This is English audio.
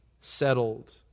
settled